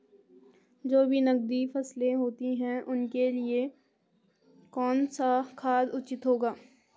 जो भी नकदी फसलें होती हैं उनके लिए कौन सा खाद उचित होगा?